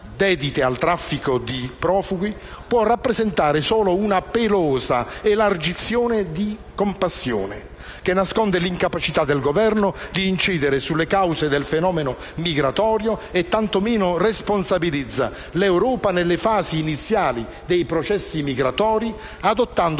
al traffico di profughi, può rappresentare solo una pelosa elargizione di compassione che nasconde l'incapacità del Governo di incidere sulle cause del fenomeno migratorio; e tanto meno responsabilizza l'Europa nelle fasi iniziali dei processi migratori, adottando